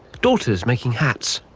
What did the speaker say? daughters making hats.